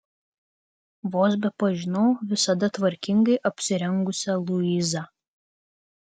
vos bepažinau visada tvarkingai apsirengusią luizą